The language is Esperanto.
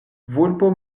vulpo